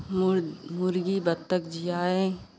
मुर् मुर्गी बतख जियाएं